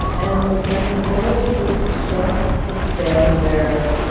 and the and the goal was just to stand there